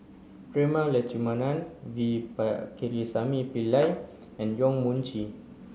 Prema Letchumanan V Pakirisamy Pillai and Yong Mun Chee